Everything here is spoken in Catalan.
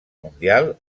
mundial